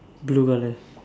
blue colour